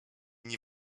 nie